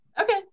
Okay